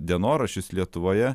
dienoraščius lietuvoje